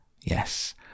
Yes